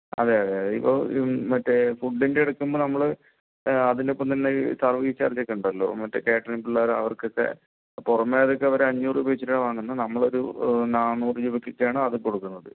അതേ അതേ അതേ ഇപ്പോൾ മറ്റെ ഫുഡിൻ്റെ എടുക്കുമ്പോൾ നമ്മൾ അതിനൊപ്പം തന്നെ സർവീസ് ചാർജ്ജ് ഒക്കെ ഉണ്ടല്ലോ മറ്റെ കാറ്ററിങ്ങിൽ ഉള്ള അവർക്കൊക്കെ പുറമെ അതൊക്കെ അഞ്ഞൂർ രൂപ വെച്ചിട്ടാണ് വാങ്ങുന്നത് നമ്മൾ ഒരു നാന്നൂർ രൂപയ്ക്ക് ആണ് അത് കൊടുക്കുന്നത്